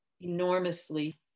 enormously